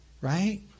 right